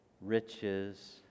riches